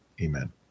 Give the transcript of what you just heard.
Amen